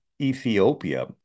Ethiopia